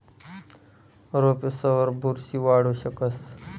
रोपेसवर बुरशी वाढू शकस